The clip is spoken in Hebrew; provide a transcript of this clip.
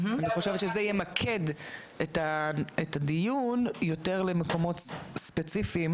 אני חושבת שזה ימקד את הדיון יותר למקומות ספציפיים